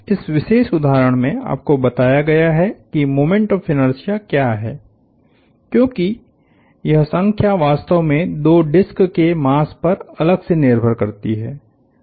इस विशेष उदाहरण में आपको बताया गया है कि मोमेंट ऑफ़ इनर्शिया क्या है क्योंकि यह संख्या वास्तव में दो डिस्क के मास पर अलग से निर्भर करती है